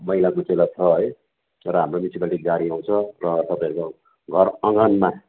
मैला कुचेला छ है र हाम्रो म्युनिसिपालिटीको गाडी आउँछ र तपाईँहरूको घर आँगनमा